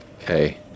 Okay